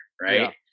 right